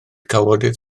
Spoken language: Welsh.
cawodydd